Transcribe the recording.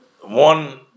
one